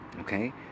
Okay